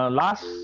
last